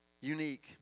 Unique